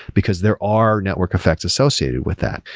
because there are network effects associated with that.